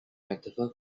metaphor